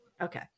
Okay